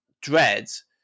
Dreads